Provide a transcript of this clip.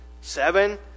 Seven